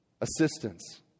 assistance